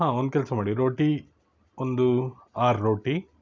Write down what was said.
ಹಾಂ ಒಂದ್ಕೆಲ್ಸ ಮಾಡಿ ರೋಟಿ ಒಂದು ಆರು ರೋಟಿ